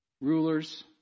Rulers